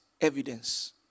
evidence